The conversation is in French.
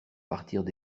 partirent